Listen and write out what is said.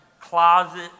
closet